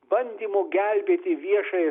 bandymo gelbėti viešąją